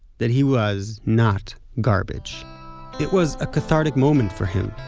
that he was not garbage it was a cathartic moment for him.